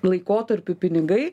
laikotarpių pinigai